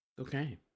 Okay